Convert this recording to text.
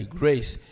grace